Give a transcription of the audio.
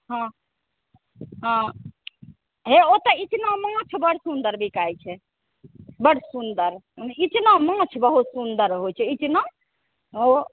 हँ हँ हे ओतऽ इचना माछ बड़ सुन्दर बिकाइ छै बड़ सुन्दर इचना माछ बहुत सुन्दर होइ छै इचना ओ